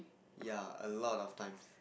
ya a lot of times